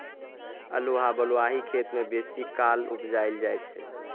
अल्हुआ बलुआही खेत मे बेसीकाल उपजाएल जाइ छै